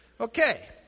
Okay